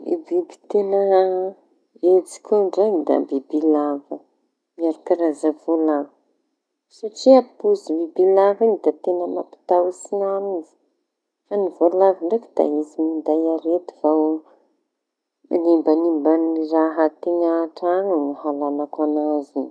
Ny biby teña hejiko ndray da bibilava miaro karaza voalavo. Satria pôzy bibilava da teña mampatahotsy aña mihitsy. Fa ny voalavo ndraiky da izy minday arety vao manimbanimba ny raha an-teña an-traño ao no halañako an'azy.